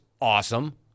awesome